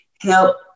help